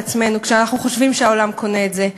עצמנו כשאנחנו חושבים שהעולם קונה את זה.